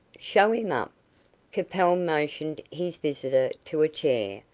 show him up. capel motioned his visitor to a chair,